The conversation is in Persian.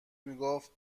میگفت